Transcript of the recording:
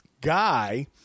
guy